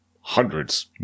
hundreds